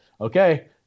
okay